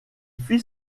fit